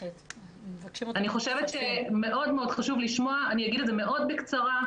אני חושבת שמאוד מאוד חשוב לשמוע ואני אומר את הדברים מאוד בקצרה.